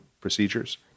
procedures